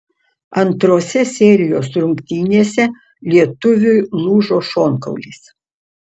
antrose serijos rungtynėse lietuviui lūžo šonkaulis